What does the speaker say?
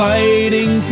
Fighting